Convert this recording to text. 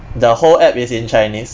the whole app is in chinese